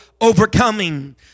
overcoming